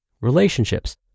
relationships